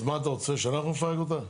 אז מה אתה רוצה, שאנחנו נפרק אותה?